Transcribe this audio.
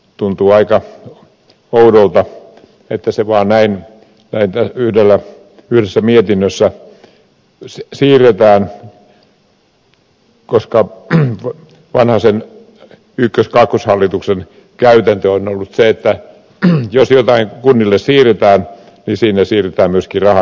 tuntuu aika oudolta että se vaan näin yhdessä mietinnössä siirretään koska vanhasen ykkös ja kakkoshallituksen käytäntö on ollut se että jos jotain kunnille siirretään niin siinä siirretään myöskin rahat mukana